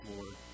Lord